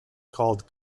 called